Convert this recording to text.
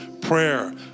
prayer